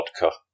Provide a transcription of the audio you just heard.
vodka